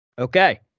Okay